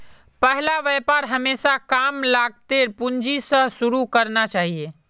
पहला व्यापार हमेशा कम लागतेर पूंजी स शुरू करना चाहिए